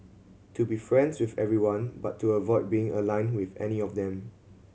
to be friends with everyone but to avoid being aligned with any of them